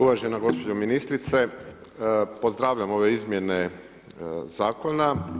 Uvažena gospođo ministrice, pozdravljam ove izmjene zakona.